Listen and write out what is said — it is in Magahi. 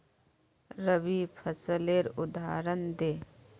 रवि फसलेर उदहारण दे?